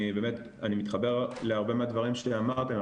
אני מתחבר להרבה מהדברים שאמרתם.